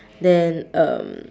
then um